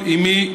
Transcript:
אימי,